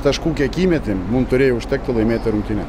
taškų kiek įmetėm mum turėjo užtekti laimėti rungtynes